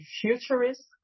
futurist